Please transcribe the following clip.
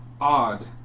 odd